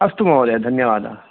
अस्तु महोदय धन्यवादः